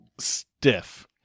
stiff